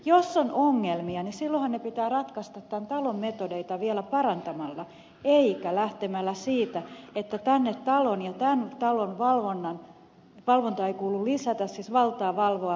jos on ongelmia niin silloinhan ne pitää ratkaista tämän talon metodeita vielä parantamalla eikä lähtemällä siitä että tämän talon valvontaa ei kuulu lisätä siis valtaa valvoa hallitusta